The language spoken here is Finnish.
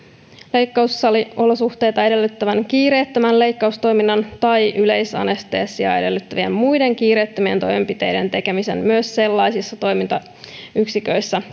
leikkaussaliolosuhteita edellyttävän kiireettömän leikkaustoiminnan tai yleisanestesiaa edellyttävien muiden kiireettömien toimenpiteiden tekemisen myös sellaisissa toimintayksiköissä